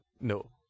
No